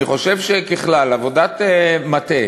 אני חושב שככלל, עבודת מטה